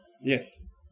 yes